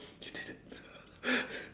you did it